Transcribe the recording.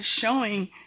showing